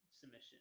submission